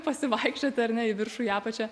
pasivaikščiot ar ne į viršų į apačią